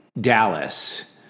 Dallas